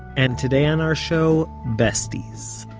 and today on our show besties.